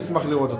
נשמח לראות אותך.